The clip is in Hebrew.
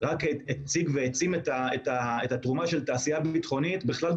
רק הציג והעצים את התרומה של תעשייה ביטחונית בכלל,